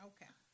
Okay